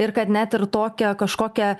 ir kad net ir tokią kažkokią